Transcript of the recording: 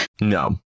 No